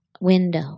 window